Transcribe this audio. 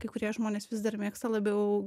kai kurie žmonės vis dar mėgsta labiau